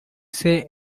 say